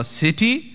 city